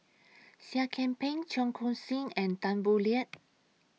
Seah Kian Peng Cheong Koon Seng and Tan Boo Liat